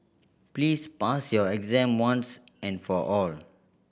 please pass your exam once and for all